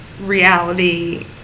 Reality